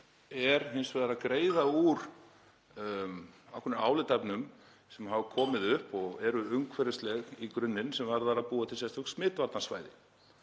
er hins vegar að greiða úr ákveðnum álitaefnum sem hafa komið upp og eru umhverfisleg í grunninn sem varðar það að búa til sérstök smitvarnarsvæði.